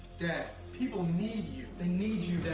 dad, people need you. they need you, dad.